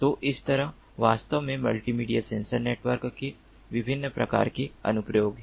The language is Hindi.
तो इस तरह वास्तव में मल्टीमीडिया सेंसर नेटवर्क के विभिन्न प्रकार के अनुप्रयोग हैं